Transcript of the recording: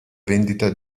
vendita